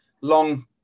long